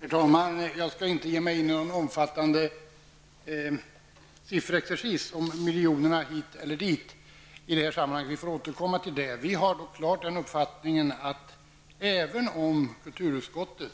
Herr talman! Jag skall inte ge mig in någon omfattande sifferexercis om miljoner hit eller dit. Vi får återkomma. Vi har klart den uppfattningen att även om kulturutskottet